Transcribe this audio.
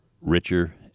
richer